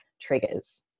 triggers